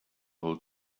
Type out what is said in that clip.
hold